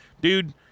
dude